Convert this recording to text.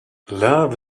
love